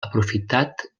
aprofitat